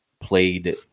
played